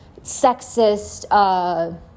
sexist